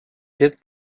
jetzt